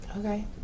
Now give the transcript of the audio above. Okay